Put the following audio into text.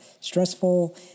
stressful